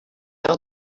are